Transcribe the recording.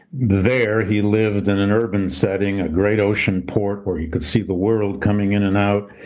there he lived in an urban setting, a great ocean port, where he could see the world coming in and out.